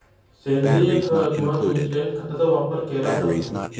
सेंद्रिय खत म्हणून शेणखताचा वापर केला जातो